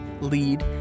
lead